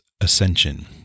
ascension